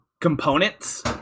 components